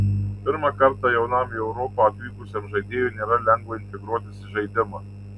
pirmą kartą jaunam į europą atvykusiam žaidėjui nėra lengva integruotis į žaidimą